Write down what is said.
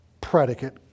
predicate